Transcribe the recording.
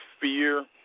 fear